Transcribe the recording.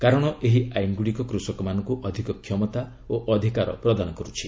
କାରଣ ଏହି ଆଇନ୍ଗୁଡ଼ିକ କୃଷକମାନଙ୍କୁ ଅଧିକ କ୍ଷମତା ଓ ଅଧିକାର ପ୍ରଦାନ କରୁଛି